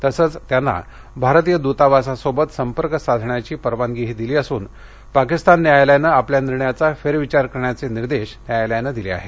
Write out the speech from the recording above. तसंच जाधव यांना भारतीय दुतावासाशी संपर्क साधण्याची परवानगीही दिली असून पाकिस्तान न्यायालयानं आपल्या निर्णयाचा फेरविचार करण्याचे निर्देशही न्यायालयानं दिले आहेत